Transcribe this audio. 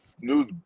news